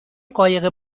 قایق